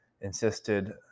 insisted